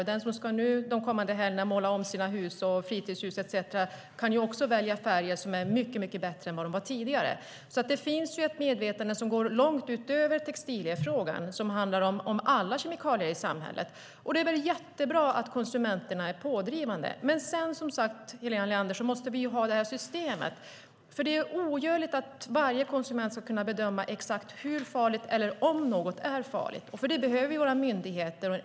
De som under de kommande helgerna ska måla om sina hus och fritidshus kan välja färger som är mycket bättre än vad de var tidigare. Det finns alltså ett medvetande som går långt utöver frågan om textilier och som handlar om alla kemikalier i samhället. Det är mycket bra att konsumenterna är pådrivande. Men sedan måste vi, som sagt, Helena Leander, ha detta system eftersom det är ogörligt att varje konsument ska kunna bedöma exakt hur farligt något är eller om det är farligt.